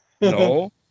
No